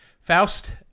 Faust